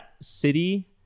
city